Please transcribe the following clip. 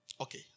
Okay